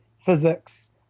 physics